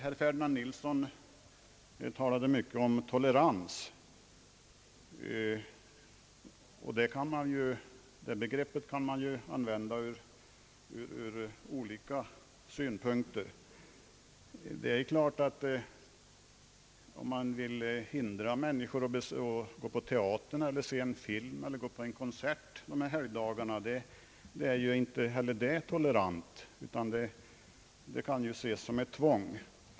Herr Ferdinand Nilsson talade mycket om tolerans, och det är ju ett begrepp som kan ses ur olika synpunkter. Om man vill hindra människor att gå på teatern, att se en film eller att gå på en konsert under dessa helgdagar, är inte heller det tolerant utan kan betraktas som ett tvång.